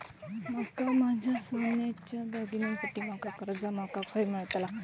माका माझ्या सोन्याच्या दागिन्यांसाठी माका कर्जा माका खय मेळतल?